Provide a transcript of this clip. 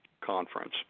Conference